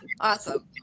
awesome